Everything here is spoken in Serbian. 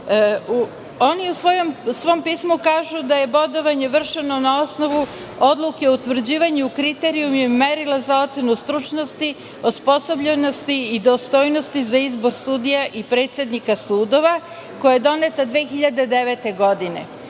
u svom pismu kažu da je bodovanje vršeno na osnovu Odluke o utvrđivanju kriterijuma i merila za ocenu stručnosti, osposobljenosti i dostojnosti za izbor sudija i predsednika sudova, koja je doneta 2009. godine.